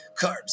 carbs